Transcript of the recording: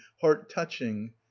heart-touching